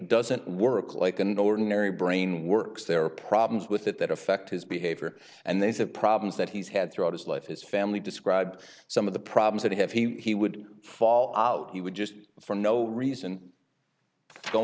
doesn't work like an ordinary brain works there are problems with it that affect his behavior and they said problems that he's had throughout his life his family describe some of the problems that he would fall out he would just for no reason